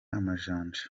amajanja